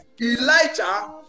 Elijah